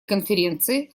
конференции